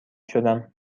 شدم